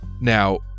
Now